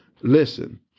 Listen